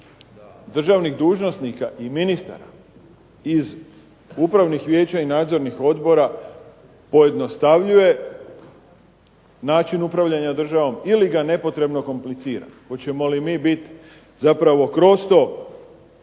državnih dužnosnika i ministara iz upravnih vijeća i nadzornih odbora pojednostavljuje način upravljanja državom ili ga nepotrebno komplicira, hoćemo li mi biti zapravo kroz to